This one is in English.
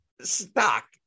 stock